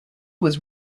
was